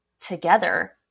together